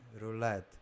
roulette